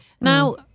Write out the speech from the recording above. Now